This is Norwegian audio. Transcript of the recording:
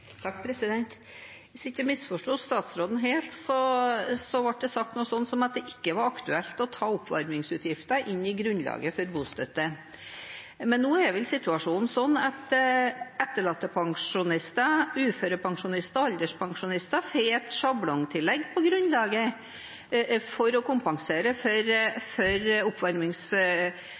jeg ikke misforsto statsråden helt, ble det sagt noe sånt som at det ikke var aktuelt å ta oppvarmingsutgiften inn i grunnlaget for bostøtte. Men nå er vel situasjonen slik at etterlattepensjonister, uførepensjonister og alderspensjonister får et sjablongtillegg på grunnlaget for å kompensere for